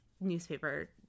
newspaper